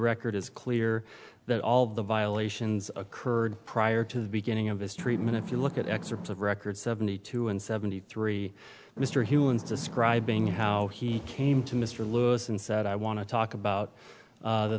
record is clear that all of the violations occurred prior to the beginning of his treatment if you look at excerpts of records seventy two and seventy three mr he was describing how he came to mr lewis and said i want to talk about the